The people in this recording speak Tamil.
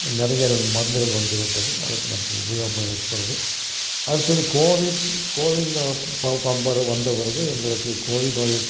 நிறையாரே மருந்துகள் வந்துவிட்டது அதற்கு நமக்கு உபயோகமாக இருக்கிறது அடுத்தது கோவிட் கோவின்னு ப பயன்பாடு வந்த பிறகு எங்களுக்கு கோவிட் நோயும்